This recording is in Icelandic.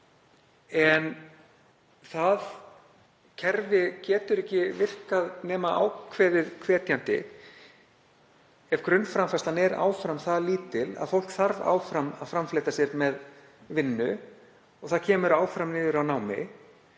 en það kerfi getur ekki virkað nema ákveðið hvetjandi. Grunnframfærslan er áfram það lítil að fólk þarf áfram að framfleyta sér með vinnu og það kemur áfram niður á námi.